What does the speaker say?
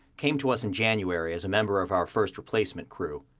came to us in january as a member of our first replacement crew.